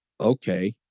Okay